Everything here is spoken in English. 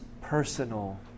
personal